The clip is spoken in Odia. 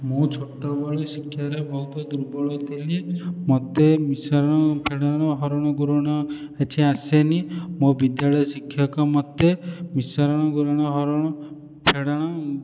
ମୁଁ ଛୋଟବେଳେ ଶିକ୍ଷାରେ ବହୁତ ଦୁର୍ବଳ ଥିଲି ମୋତେ ମିଶାଣ ଫେଡ଼ାଣ ହରଣ ଗୁଣନ କିଛି ଆସେନି ମୋ ବିଦ୍ୟାଳୟ ଶିକ୍ଷକ ମୋତେ ମିଶାଣ ଗୁଣନ ହରଣ ଫେଡ଼ାଣ